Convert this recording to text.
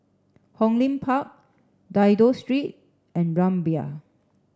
Hong Lim Park Dido Street and Rumbia